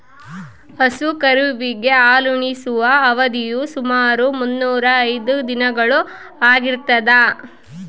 ಹಸು ಕರುವಿಗೆ ಹಾಲುಣಿಸುವ ಅವಧಿಯು ಸುಮಾರು ಮುನ್ನೂರಾ ಐದು ದಿನಗಳು ಆಗಿರ್ತದ